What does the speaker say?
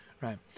right